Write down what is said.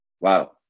Wow